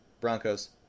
Broncos